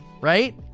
right